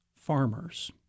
farmers